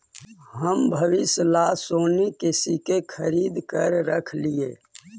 हम भविष्य ला सोने के सिक्के खरीद कर रख लिए